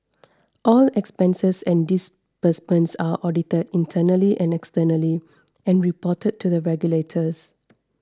all expenses and disbursements are audited internally and externally and reported to the regulators